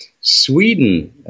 Sweden